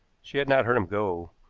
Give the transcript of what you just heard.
she had not heard him go,